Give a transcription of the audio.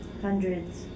hundreds